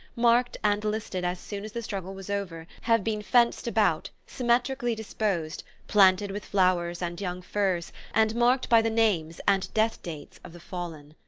marked and listed as soon as the struggle was over, have been fenced about, symmetrically disposed, planted with flowers and young firs, and marked by the names and death-dates of the fallen.